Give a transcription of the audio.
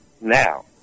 now